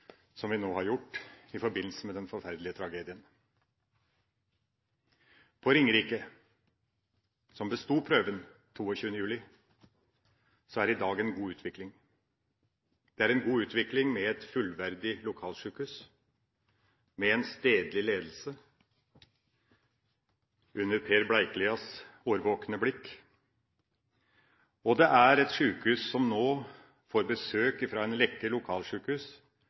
erfaringene vi nå har gjort i forbindelse med den forferdelige tragedien. For Ringerike, som bestod prøven den 22. juli, er det i dag en god utvikling. Det er en god utvikling med et fullverdig lokalsykehus, med en stedlig ledelse under Per Bleiklias årvåkne blikk, og det er et sykehus som nå får besøk av en rekke